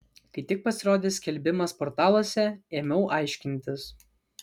kai tik pasirodė skelbimas portaluose ėmiau aiškintis